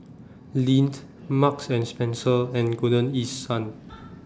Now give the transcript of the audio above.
Lindt Marks and Spencer and Golden East Sun